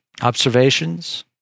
observations